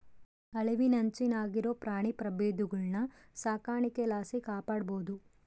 ಅಳಿವಿನಂಚಿನಾಗಿರೋ ಪ್ರಾಣಿ ಪ್ರಭೇದಗುಳ್ನ ಸಾಕಾಣಿಕೆ ಲಾಸಿ ಕಾಪಾಡ್ಬೋದು